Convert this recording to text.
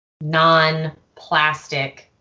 non-plastic